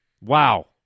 Wow